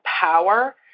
power